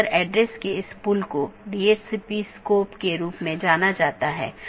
update message मूल रूप से BGP साथियों के बीच से रूटिंग जानकारी है